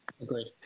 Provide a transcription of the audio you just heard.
agreed